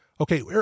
Okay